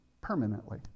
permanently